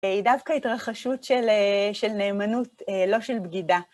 היא דווקא התרחשות של נאמנות, לא של בגידה.